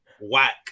whack